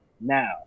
now